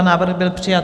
Návrh byl přijat.